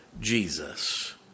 Jesus